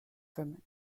from